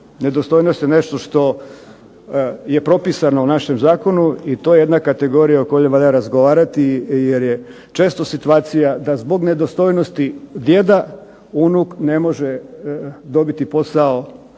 nedostojnost je nešto što je propisano u našem zakonu i to je jedna kategorija o kojoj valja razgovarati, jer je često situacija da zbog nedostojnosti djeda unuk ne može dobiti posao